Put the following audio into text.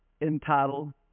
entitled